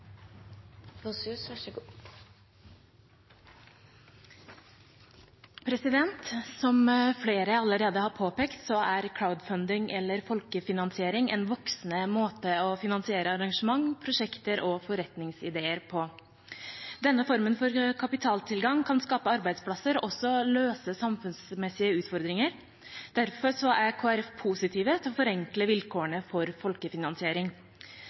eller folkefinansiering, en voksende måte å finansiere arrangement, prosjekter og forretningsideer på. Denne formen for kapitaltilgang kan skape arbeidsplasser og også løse samfunnsmessige utfordringer. Derfor er Kristelig Folkeparti positive til å forenkle vilkårene for folkefinansiering.